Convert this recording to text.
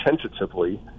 tentatively